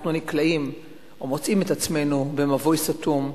שאנחנו מוצאים את עצמנו במבוי סתום.